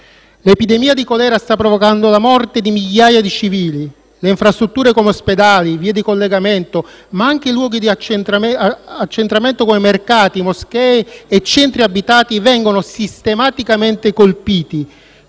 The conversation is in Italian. L'epidemia di colera sta provocando la morte di migliaia di civili. Le infrastrutture come ospedali e vie di collegamento, ma anche i luoghi di accentramento come mercati, moschee e centri abitati vengono sistematicamente colpiti,